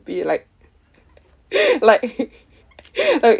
stupid like like like